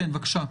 בבקשה.